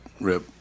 Rip